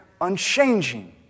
unchanging